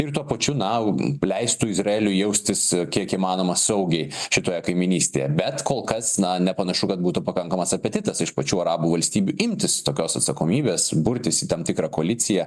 ir tuo pačiu na leistų izraeliui jaustis kiek įmanoma saugiai šitoje kaimynystėje bet kol kas nepanašu kad būtų pakankamas apetitas iš pačių arabų valstybių imtis tokios atsakomybės burtis į tam tikrą koaliciją